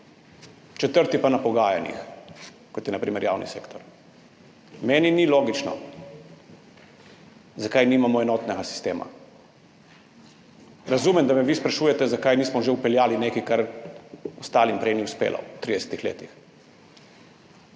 četrti pa na pogajanjih, kot je na primer javni sektor. Meni ni logično, zakaj nimamo enotnega sistema. Razumem, da me vi sprašujete, zakaj že nismo vpeljali nečesa, kar ostalim prej ni uspelo v 30 letih,